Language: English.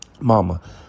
Mama